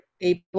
able